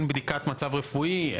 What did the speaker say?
אין בדיקת מצב רפואי,